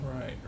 Right